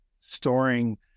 storing